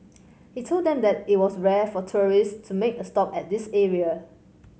he told them that it was rare for tourists make a stop at this area